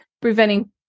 preventing